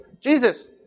Jesus